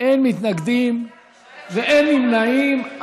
אין מתנגדים ואין נמנעים.